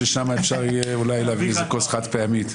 ששם אפשר יהיה להביא אולי איזה כוס חד פעמי...